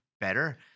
better